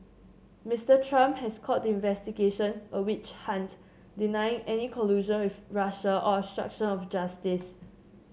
Mister Trump has called the investigation a witch hunt denying any collusion with Russia or obstruction of justice